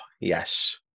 yes